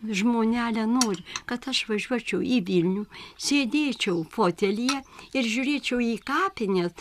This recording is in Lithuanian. žmonele nori kad aš važiuočiau į vilnių sėdėčiau fotelyje ir žiūrėčiau į kapines